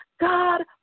God